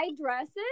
dresses